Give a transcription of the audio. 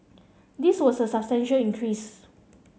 this was a substantial increase